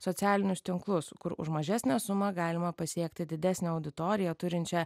socialinius tinklus kur už mažesnę sumą galima pasiekti didesnę auditoriją turinčią